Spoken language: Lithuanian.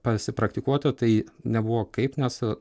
pasipraktikuoti tai nebuvo kaip nes